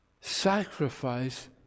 sacrifice